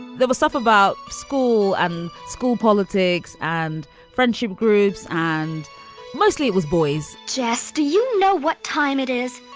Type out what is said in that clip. there was stuff about school and school politics and friendship groups, and mostly it was boys just do you know what time it is?